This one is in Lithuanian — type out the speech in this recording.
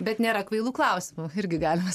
bet nėra kvailų klausimų irgi galime